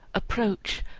approach,